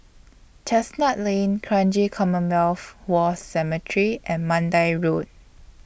Chestnut Lane Kranji Commonwealth War Cemetery and Mandai Road